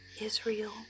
Israel